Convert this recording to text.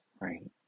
right